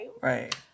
Right